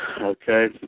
Okay